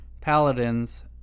paladins